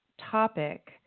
topic